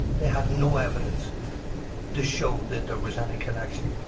they had no evidence to show that there was any connection,